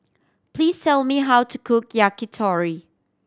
please tell me how to cook Yakitori